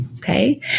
Okay